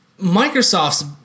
Microsoft's